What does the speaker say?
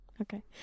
Okay